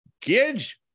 kids